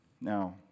Now